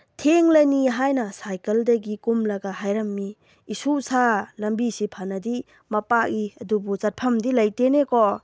ꯊꯦꯡꯂꯅꯤ ꯍꯥꯏꯅ ꯁꯥꯏꯀꯜꯗꯒꯤ ꯀꯨꯝꯂꯒ ꯍꯥꯏꯔꯝꯃꯤ ꯑꯁꯨꯁꯥ ꯂꯝꯕꯤꯁꯦ ꯐꯅꯗꯤ ꯃꯄꯥꯛꯏ ꯑꯗꯨꯕꯨ ꯆꯠꯐꯝꯗꯤ ꯂꯩꯇꯦꯅꯦꯀꯣ